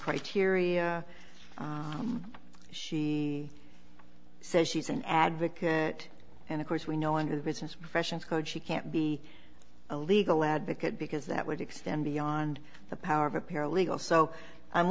criteria she says she's an advocate and of course we know under the business professions code she can't be a legal advocate because that would extend beyond the power of a paralegal